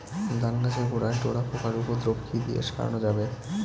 ধান গাছের গোড়ায় ডোরা পোকার উপদ্রব কি দিয়ে সারানো যাবে?